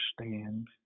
understand